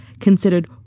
considered